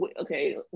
okay